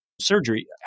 surgery